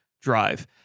drive